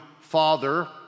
Father